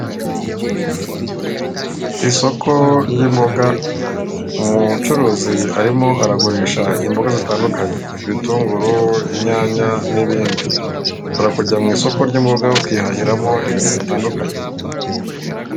Isoko ry'imboga umucuruzi arimo aragurisha imboga zitandukanye ibitunguru, inyanya n'ibindi .Ushobora kujya mu isoko ry'imboga ukihahiramo ibintu bitandukanye.